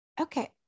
okay